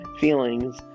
feelings